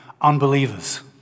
unbelievers